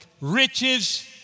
riches